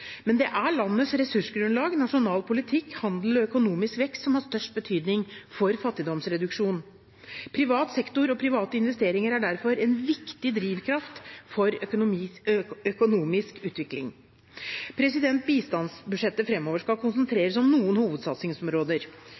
Men det er landets ressursgrunnlag, nasjonal politikk, handel og økonomisk vekst som har størst betydning for fattigdomsreduksjon. Privat sektor og private investeringer er derfor en viktig drivkraft for økonomisk utvikling. Bistandsbudsjettet skal framover konsentreres om noen hovedsatsingsområder: